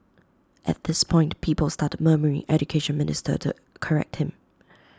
at this point people started murmuring Education Minister to correct him